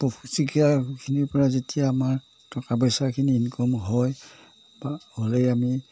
পশুচিকাৰখিনিৰ পৰা যেতিয়া আমাৰ টকা পইচাখিনি ইনকম হয় বা হ'লেই আমি